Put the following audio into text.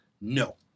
No